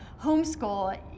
homeschool